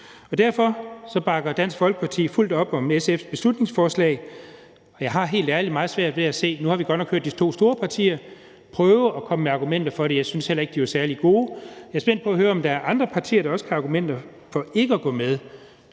Derfor bakker Dansk Folkeparti fuldt op om SF's beslutningsforslag. Nu har vi godt nok hørt de to store partier prøve at komme med argumenter for det; jeg synes ikke, at de var særlig gode. Jeg er spændt på at høre, om der er andre partier, der også har argumenter for ikke at gå med,